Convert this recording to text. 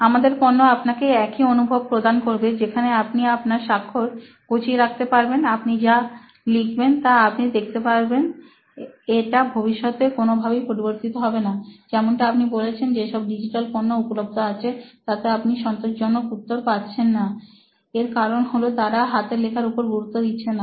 আমাদের পণ্য আপনাকে একই অনুভব প্রদান করবে যেখানে আপনি আপনার স্বাক্ষর গুছিয়ে রাখতে পারবেন আপনি যা লিখবেন তা আপনি দেখতে পারবেন এটা ভবিষ্যতে কোনো ভাবেই পরিবর্তিত হবে না যেমনটা আপনি বলেছেন যেসব ডিজিটাল পণ্য উপলব্ধ আছে তাতে আপনি সন্তোষজনক উত্তর পারছেন না এর কারণ হলো তারা হাতের লেখার উপর গুরুত্ব দিচ্ছেন না